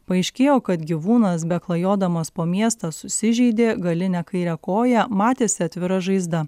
paaiškėjo kad gyvūnas be klajodamas po miestą susižeidė galinę kairę koją matėsi atvira žaizda